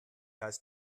heißt